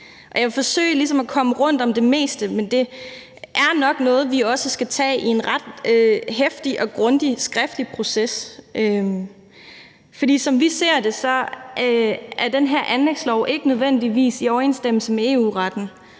jeg vil forsøge ligesom at komme rundt om det meste, men det er nok noget, vi også skal tage i en ret heftig og grundig skriftlig proces. For som vi ser det, er den her anlægslov ikke nødvendigvis i overensstemmelse med EU-retten,